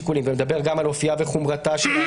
כי השיקולים האלה זה לא עומד פגיעה מהותית